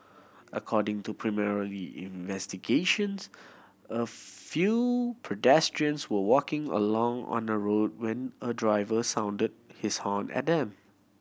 according to preliminary investigations a few pedestrians were walking along on a road when a driver sounded his horn at them